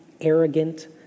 arrogant